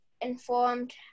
informed